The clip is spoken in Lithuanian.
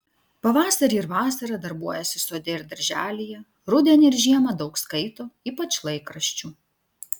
pavasarį ir vasarą darbuojasi sode ir darželyje rudenį ir žiemą daug skaito ypač laikraščių